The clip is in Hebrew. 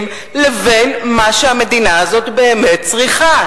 לבין מה שהמדינה הזאת באמת צריכה?